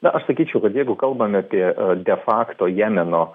na aš sakyčiau kad jeigu kalbam apie de fakto jemeno